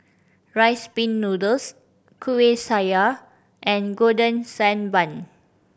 Rice Pin Noodles Kueh Syara and Golden Sand Bun